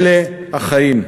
אלה החיים.